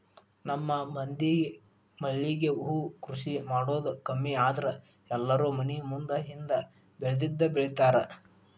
ನಮ್ಮ ಮಂದಿ ಮಲ್ಲಿಗೆ ಹೂ ಕೃಷಿ ಮಾಡುದ ಕಮ್ಮಿ ಆದ್ರ ಎಲ್ಲಾರೂ ಮನಿ ಮುಂದ ಹಿಂದ ಬೆಳ್ದಬೆಳ್ದಿರ್ತಾರ